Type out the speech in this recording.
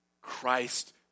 Christ